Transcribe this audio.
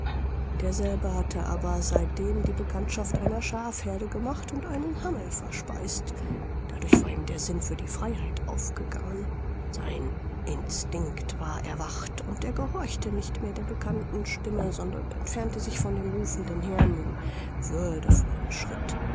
derselbe hatte aber seitdem die bekanntschaft einer schafheerde gemacht und einen hammel verspeist dadurch war ihm der sinn für die freiheit aufgegangen sein instinkt war erwacht und er gehorchte nicht mehr der bekannten stimme sondern entfernte sich von dem rufenden herrn in würdevollem schritt